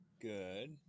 good